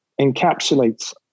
encapsulates